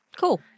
cool